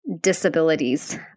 disabilities